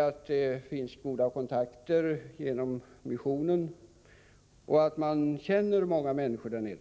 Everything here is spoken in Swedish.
Jo, det finns goda kontakter genom missionen, man känner mångå människor där nere,